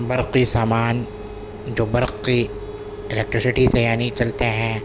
برقی سامان جو برقی الیکٹریسٹی سے یعنی چلتے ہیں